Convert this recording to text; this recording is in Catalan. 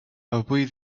avui